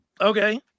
okay